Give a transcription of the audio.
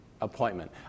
appointment